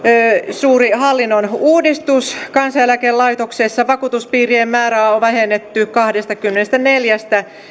suuri hallinnonuudistus kansaneläkelaitoksessa vakuutuspiirien määrää on vähennetty kahdestakymmenestäneljästä